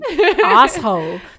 asshole